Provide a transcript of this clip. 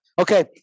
Okay